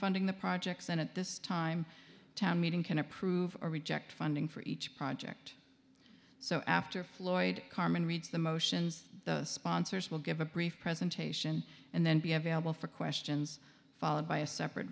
funding the projects and at this time to meeting can approve or reject funding for each project so after floyd carmen reads the motions the sponsors will give a brief presentation and then be available for questions followed by a separate